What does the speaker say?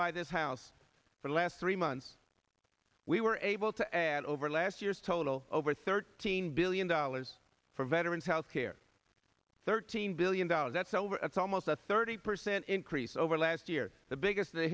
by this house for the last three months we were able to add over last year's total over thirteen billion dollars for veterans house care thirteen billion dollars that's over that's almost a thirty percent increase over last year the biggest the